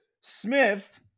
Smith